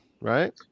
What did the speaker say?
right